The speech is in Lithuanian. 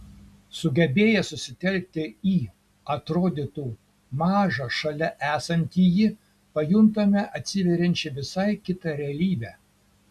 sugebėję susitelkti į atrodytų mažą šalia esantįjį pajuntame atsiveriančią visai kitą realybę